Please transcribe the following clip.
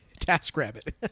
TaskRabbit